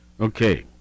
Okay